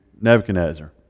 Nebuchadnezzar